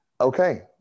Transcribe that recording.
okay